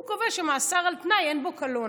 הוא קובע שמאסר על תנאי, אין בו קלון.